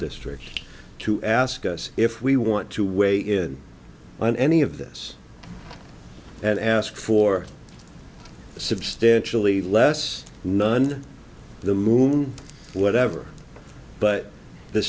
district to ask us if we want to weigh in on any of this and ask for substantially less none the moon whatever but the